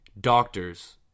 doctors